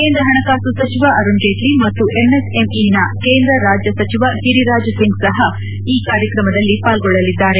ಕೇಂದ್ರ ಪಣಕಾಸು ಸಚಿವ ಅರುಣ್ ಜೇಟ್ಲಿ ಮತ್ತು ಎಂಎಸ್ಎಂಇನ ಕೇಂದ್ರ ರಾಜ್ಯ ಸಚಿವ ಗಿರಿರಾಜ್ ಸಿಂಗ್ ಸಪ ಈ ಕಾರ್ಯಕ್ರಮದಲ್ಲಿ ಪಾಲ್ಗೊಳ್ಳಲಿದ್ದಾರೆ